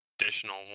additional